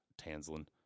Tanslin